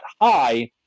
high